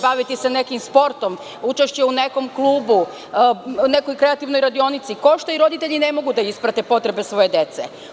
Baviti se nekim sportom, učešće u nekom klubu, nekoj kreativnoj radionici, to sve košta i roditelji ne mogu da isprate potrebe svoje dece.